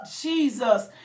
Jesus